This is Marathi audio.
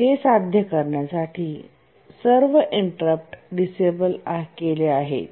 हे साध्य करण्यासाठी सर्व इंटरप्ट डिसेबल केले आहेत